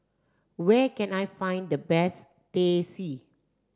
where can I find the best Teh C